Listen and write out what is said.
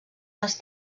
les